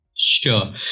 Sure